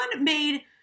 made